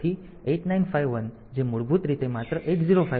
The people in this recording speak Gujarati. તેથી 8951 જે મૂળભૂત રીતે માત્ર 8051 છે